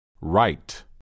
right